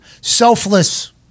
selfless